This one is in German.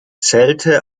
zelte